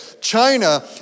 China